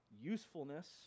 usefulness